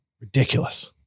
Ridiculous